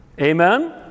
Amen